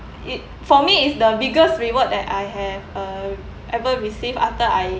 it for me is the biggest reward that I have uh ever receive after I